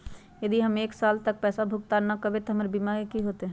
यदि हम एक साल तक पैसा भुगतान न कवै त हमर बीमा के की होतै?